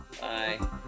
Bye